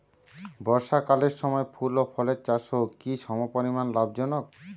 বর্ষাকালের সময় ফুল ও ফলের চাষও কি সমপরিমাণ লাভজনক?